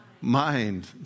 mind